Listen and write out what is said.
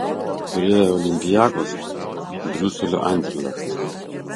pirėjo olympiakos briuselio anderlecht